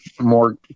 more